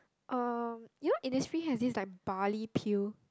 um you know Innisfree has this like barley peel